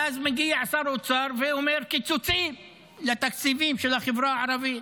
ואז מגיע שר האוצר ואומר: קיצוצים בתקציבים של החברה הערבית.